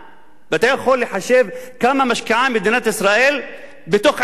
אתה יכול לחשב כמה משקיעה מדינת ישראל בתוך עשר שנים.